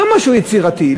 לא משהו יצירתי,